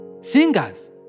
singers